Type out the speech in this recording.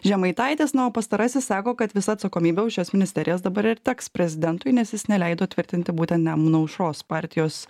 žemaitaitis na o pastarasis sako kad visa atsakomybė už šias ministerijas dabar ir teks prezidentui nes jis neleido tvirtinti būtent nemuno aušros partijos